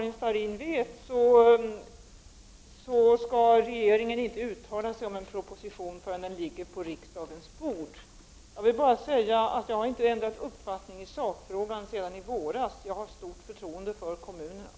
Herr talman! Som Karin Starrin vet skall regeringen inte uttala sig om en proposition förrän den ligger på riksdagens bord. Jag vill bara säga att jag inte ändrat uppfattning i sakfrågan sedan i våras. Jag har stort förtroende för kommunerna.